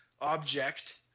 object